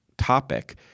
Topic